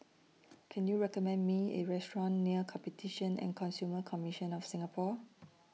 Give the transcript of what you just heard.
Can YOU recommend Me A Restaurant near Competition and Consumer Commission of Singapore